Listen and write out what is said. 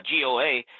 GOA